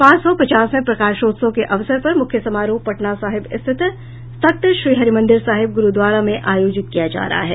पांच सौ पचासवें प्रकाशोत्सव के अवसर पर मुख्य समारोह पटना साहिब स्थित तख्त श्री हरिमंदिर साहिब गुरुद्वारा में आयोजित किया जा रहा है